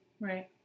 Right